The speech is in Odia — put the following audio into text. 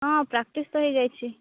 ହଁ ପ୍ରାକ୍ଟିସ୍ ତ ହେଇଯାଇଛି